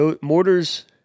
Mortars